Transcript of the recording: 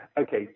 okay